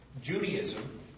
Judaism